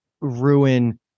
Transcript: ruin